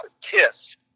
Kiss